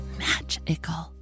magical